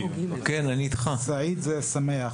סאיד זה שמח.